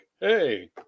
hey